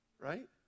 right